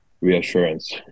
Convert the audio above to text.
reassurance